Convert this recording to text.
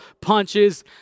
punches